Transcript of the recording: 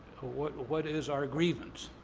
what what is our grievance?